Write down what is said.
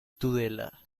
tudela